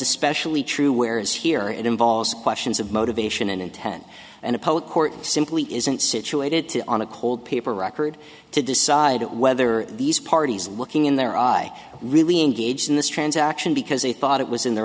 especially true where is here it involves questions of motivation and intent and a public court simply isn't situated to on a cold paper record to decide whether these parties looking in their eye really engaged in this transaction because they thought it was in their